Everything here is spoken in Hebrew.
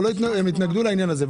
הם התנגדו לעניין הזה,